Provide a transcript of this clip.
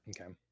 okay